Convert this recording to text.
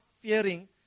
fearing